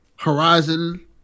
Horizon